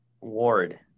Ward